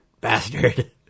bastard